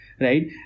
right